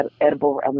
edible